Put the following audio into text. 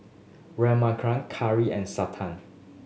Raghuram Kiran and Santha